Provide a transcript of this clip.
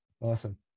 Awesome